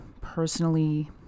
personally